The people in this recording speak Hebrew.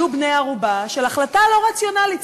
היו בני-ערובה של החלטה לא רציונלית,